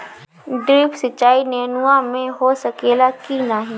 Drip सिंचाई नेनुआ में हो सकेला की नाही?